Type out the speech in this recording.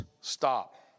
stop